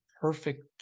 perfect